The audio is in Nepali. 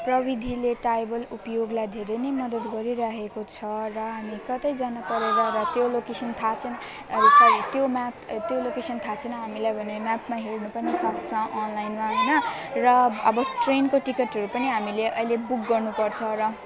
प्रविधिले ट्राइबल उपयोगलाई धेरै नै मद्दत गरिरहेको छ र हामी कतै जान परेमा वा त्यो लोकेसन थाहा छैन त्यो म्याप त्यो लोकेसन थाहा छैन हामीलाई भने म्यापमा हेर्न पनि सक्छौँ अनलाइनमा हैन र अब ट्रेनको टिकटहरू पनि हामीले अहिले बुक गर्नुपर्छ र